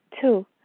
Two